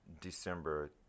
december